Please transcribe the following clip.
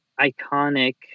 iconic